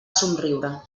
somriure